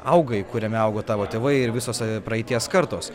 augai kuriame augo tavo tėvai ir visos praeities kartos